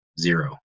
zero